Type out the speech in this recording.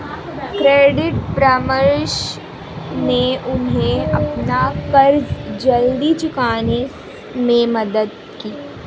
credit परामर्श ने उन्हें अपना कर्ज जल्दी चुकाने में मदद की